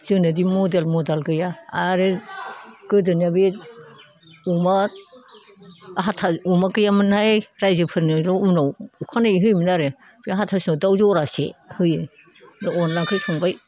जोंनो दि मडेल मडाल गैया आरो गोदोनिया बे अमा हाथा अमा गैयामोनहाय रायजोफोरनो उनाव अखानायै होयोमोन आरो बे हाथासुनियाव दाउ जरासे होयो अनलाखौ संबाय